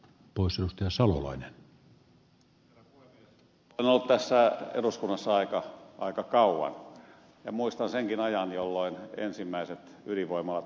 olen ollut tässä eduskunnassa aika kauan ja muistan senkin ajan jolloin ensimmäiset ydinvoimalat tulivat loviisaan